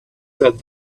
that